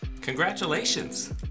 Congratulations